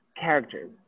characters